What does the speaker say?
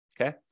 okay